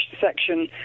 section